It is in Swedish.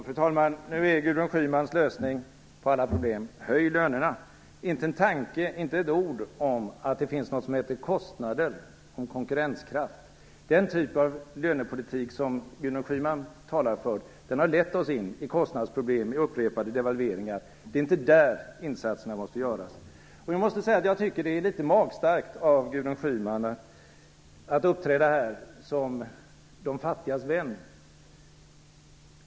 Fru talman! Nu är Gudrun Schymans lösning på alla problem att höja lönerna. Hon ägnar inte en tanke åt, och säger inte ett ord om, att det finns något som heter kostnader och konkurrenskraft. Den typ av lönepolitik som Gudrun Schyman talar för, har lett oss in i kostnadsproblem med upprepade devalveringar. Det är inte där insatserna måste göras. Jag måste säga att jag tycker att det är litet magstarkt av Gudrun Schyman att här uppträda som de fattigas vän.